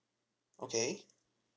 okay